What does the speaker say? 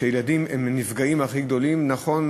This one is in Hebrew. וילדים הם הנפגעים הכי רבים.